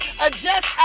adjust